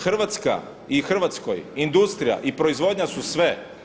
Hrvatska i Hrvatskoj industrija i proizvodnja su sve.